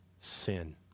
sin